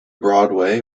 broadway